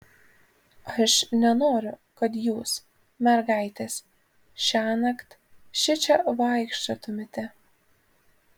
aš nenoriu kad jūs mergaitės šiąnakt šičia vaikščiotumėte